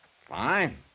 Fine